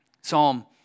Psalm